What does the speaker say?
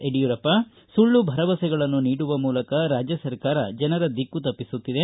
ಯಡಿಯೂರಪ್ಪ ಸುಳ್ಳು ಭರವಸೆಗಳನ್ನು ನೀಡುವ ಮೂಲಕ ರಾಜ್ಯ ಸರ್ಕಾರ ಜನರ ದಿಕ್ಕು ತಪ್ಪಿಸುತ್ತಿದೆ